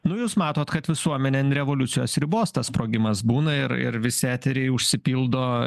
nu jūs matot kad visuomenėn revoliucijos ribos tas sprogimas būna ir ir visi eteriai užsipildo